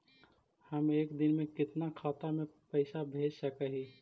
हम एक दिन में कितना खाता में पैसा भेज सक हिय?